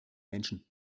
menschen